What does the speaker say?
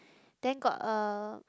then got uh